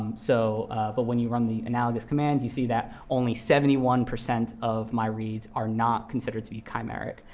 so but when you run the analogous command, you see that only seventy one percent of my reads are not considered to be chimeric.